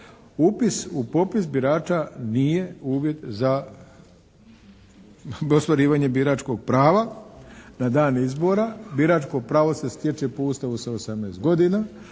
Upis u popis birača nije uvjet za ostvarivanje biračkog prava na dan izbora. Biračko pravo se stječe po Ustavu sa 18 godina